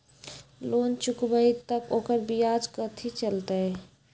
Loan चुकबई त ओकर ब्याज कथि चलतई?